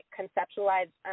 conceptualize